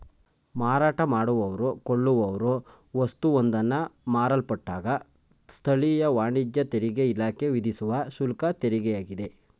ಮಾರಾಟ ಮಾಡುವವ್ರು ಕೊಳ್ಳುವವ್ರು ವಸ್ತುವೊಂದನ್ನ ಮಾರಲ್ಪಟ್ಟಾಗ ಸ್ಥಳೀಯ ವಾಣಿಜ್ಯ ತೆರಿಗೆಇಲಾಖೆ ವಿಧಿಸುವ ಶುಲ್ಕತೆರಿಗೆಯಾಗಿದೆ